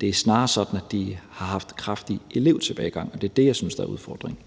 Det er snarere sådan, at de har haft kraftig elevtilbagegang, og det er det, jeg synes er udfordringen.